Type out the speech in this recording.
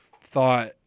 thought